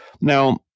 Now